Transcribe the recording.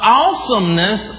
awesomeness